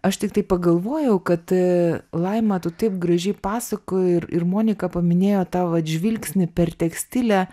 aš tiktai pagalvojau kad laima tu taip gražiai pasakoji ir monika paminėjo tą vat žvilgsnį per tekstilę